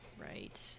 Right